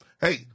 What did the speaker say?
hey